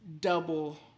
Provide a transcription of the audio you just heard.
double